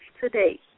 today